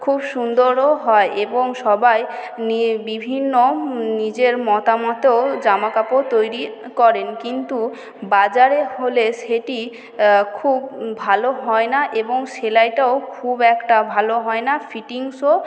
খুব সুন্দরও হয় এবং সবাই নিয়ে বিভিন্ন নিজের মতামতেও জামা কাপড় তৈরি করেন কিন্তু বাজারে হলে সেটি খুব ভালো হয় না এবং সেলাইটাও খুব একটা ভালো হয় না ফিটিংসও